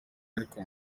ariko